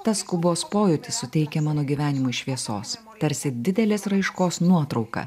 tas skubos pojūtis suteikia mano gyvenimui šviesos tarsi didelės raiškos nuotrauka